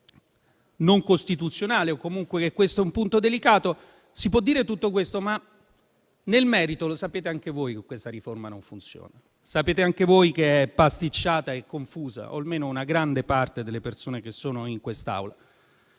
non costituzionale, o comunque che questo è un punto delicato. Si può dire tutto questo, ma nel merito anche voi sapete che questa riforma non funziona. Sapete anche voi - o almeno una grande parte delle persone che sono in quest'Aula